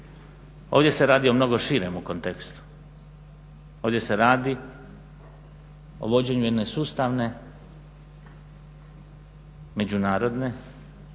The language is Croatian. ovdje se radi o mnogo širem kontekstu. Ovdje se radi o vođenju jedne sustavne međunarodne,